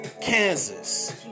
Kansas